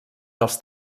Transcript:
dels